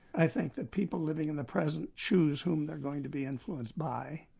i think that people living in the present choose whom they are going to be influenced by,